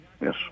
Yes